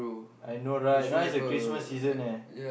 I know right now is the Christmas season eh